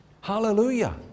Hallelujah